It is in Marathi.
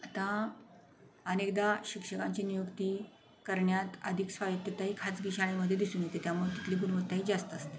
आता अनेकदा शिक्षकांची नियुक्ती करण्यात आधिक स्वायत्तता ही खाजगी शाळेमध्ये दिसून येते त्यामुळे तिथली गुणवत्ताही जास्त असते